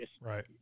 Right